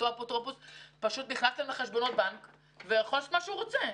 שהאפוטרופוס פשוט נכנס להם לחשבונות הבנק ויכול לעשות מה שהוא רוצה.